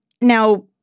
Now